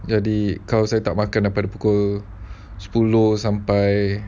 jadi kalau saya tak makan dari pukul sepuluh sampai